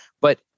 But-